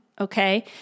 Okay